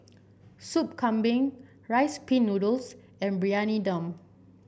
Soup Kambing Rice Pin Noodles and Briyani Dum